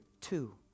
two